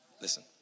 Listen